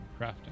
crafting